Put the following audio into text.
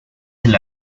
del